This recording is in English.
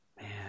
man